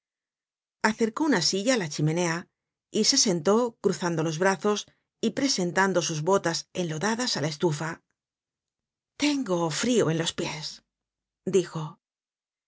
acercó una silla á la chimenea y se sentó cruzando los brazos y presentando sus botas enlodadas á la estufa tengo frio en los pies dijo no